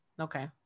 Okay